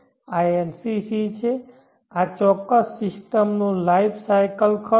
આ LCC છે આ ચોક્કસ સિસ્ટમનો લાઈફ સાયકલ ખર્ચ